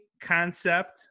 concept